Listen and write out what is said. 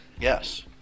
Yes